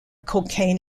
cocaine